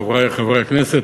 חברי חברי הכנסת,